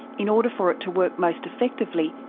in order for it to work most effectively,